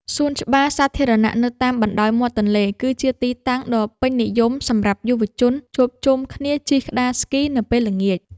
សួនច្បារសាធារណៈនៅតាមបណ្ដោយមាត់ទន្លេ គឺជាទីតាំងដ៏ពេញនិយមសម្រាប់យុវជនជួបជុំគ្នាជិះក្ដារស្គីនៅពេលល្ងាច។